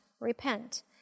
repent